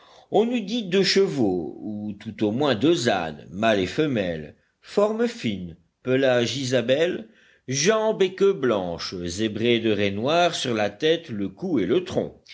on eût dit deux chevaux ou tout au moins deux ânes mâle et femelle formes fines pelage isabelle jambes et queue blanches zébrés de raies noires sur la tête le cou et le tronc